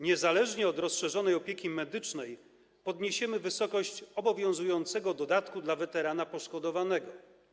Niezależnie od rozszerzonej opieki medycznej podniesiemy wysokość obowiązującego dodatku dla weterana poszkodowanego.